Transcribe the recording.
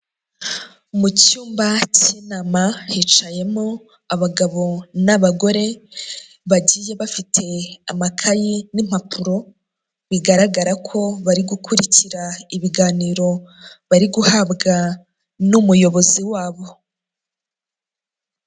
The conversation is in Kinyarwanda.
Mu cyumba cy'inama hicayemo abagabo n'abagore bagiye bafite amakayi n'impapuro bigaragara ko bari gukurikira ibiganiro bari guhabwa n'umuyobozi wabo.